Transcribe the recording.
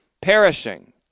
perishing